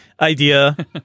idea